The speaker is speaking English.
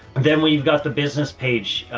then we've got the business page.